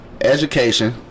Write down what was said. education